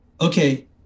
Okay